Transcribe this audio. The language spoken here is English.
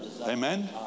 Amen